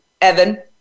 Evan